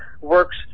works